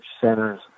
centers